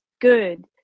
good